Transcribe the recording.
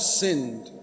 sinned